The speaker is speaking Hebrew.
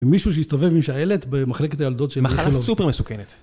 עם מישהו שהסתובב עם שהילד במחלקת הילדות של... מחלה סופר מסוכנת.